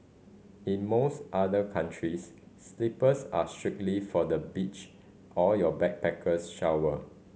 in most other countries slippers are strictly for the beach or your backpackers shower